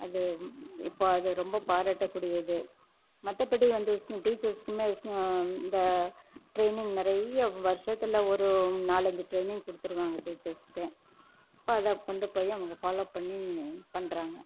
அது இப்போது அது ரொம்ப பாராட்டக்கூடியது மற்றபடி வந்து சும் டீச்சர்ஸ்க்குமே அது சு இந்த ட்ரைனிங் நிறையா வருஷத்துல ஒரு நாலு அஞ்சு ட்ரைனிங் கொடுத்துருவாங்க டீச்சர்ஸ்க்கு இப்போ அதை கொண்டு போய் அவங்க ஃபல்லோவ் பண்ணி பண்ணுறாங்க